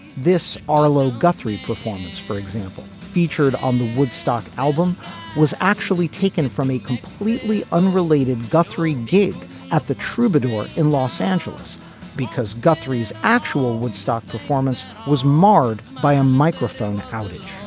this arlo guthrie performance for example featured on the woodstock album was actually taken from a completely unrelated guthrie gig at the troubadour in los angeles because guthrie's actual woodstock performance was marred by a microphone outage